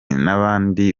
n’abandi